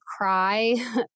cry